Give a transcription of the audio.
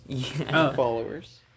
followers